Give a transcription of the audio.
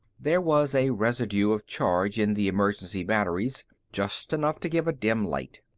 there was a residue of charge in the emergency batteries, just enough to give a dim light.